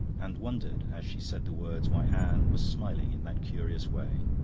and wondered as she said the words why anne was smiling in that curious way.